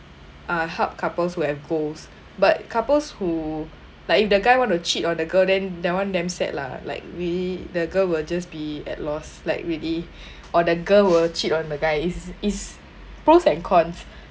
uh help couples who have goals but couples who like if the guy want to cheat on the girl then that one damn sad lah like we the girl will just be at lost like really or the girl will cheat on my guy is is pros and cons